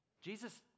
Jesus